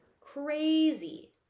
Crazy